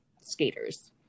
skaters